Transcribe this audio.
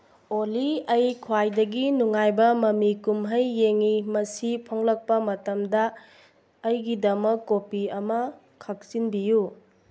ꯑꯣꯜꯂꯤ ꯑꯩ ꯈ꯭ꯋꯥꯏꯗꯒꯤ ꯅꯨꯡꯉꯥꯏꯕ ꯃꯃꯤ ꯀꯨꯝꯍꯩ ꯌꯦꯡꯏ ꯃꯁꯤ ꯐꯣꯡꯂꯛꯄ ꯃꯇꯝꯗ ꯑꯩꯒꯤꯗꯃꯛ ꯀꯣꯄꯤ ꯑꯃ ꯈꯥꯛꯆꯤꯟꯕꯤꯌꯨ